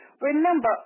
Remember